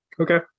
Okay